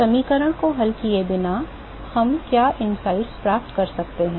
समीकरण को हल किए बिना हम क्या अंतर्दृष्टि प्राप्त कर सकते हैं